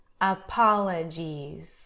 apologies